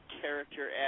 character